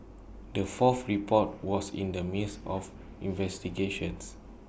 the fourth report was in the midst of investigations